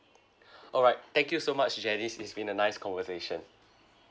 alright thank you so much janice it's been a nice conversation